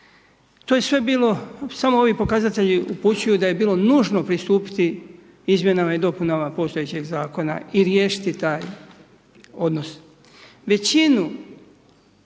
To je sve bilo, samo ovi pokazatelji upućuju da je bilo nužno pristupiti izmjenama i dopunama postojećeg zakona i riješiti taj odnos. Većinu